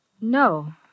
No